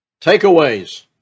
Takeaways